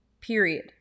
period